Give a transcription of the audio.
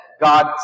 God